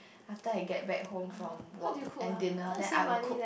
after I get back home from work and dinner then I will cook